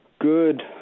good